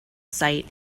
site